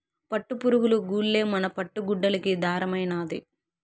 పట్టుపురుగులు గూల్లే మన పట్టు గుడ్డలకి దారమైనాది